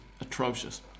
atrocious